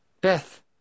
Beth